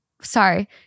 Sorry